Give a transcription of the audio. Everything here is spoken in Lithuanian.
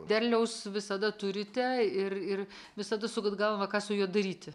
derliaus visada turite ir ir visada sukat galvą ką su juo daryti